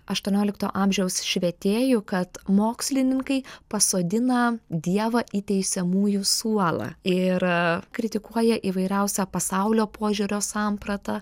aštuoniolikto amžiaus švietėjų kad mokslininkai pasodina dievą į teisiamųjų suolą ir kritikuoja įvairiausią pasaulio požiūrio sampratą